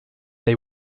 they